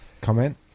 comment